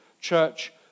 church